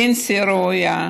פנסיה ראויה.